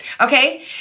okay